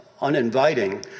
uninviting